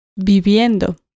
Viviendo